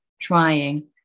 trying